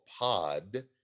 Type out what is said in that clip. pod